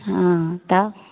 हॅं तब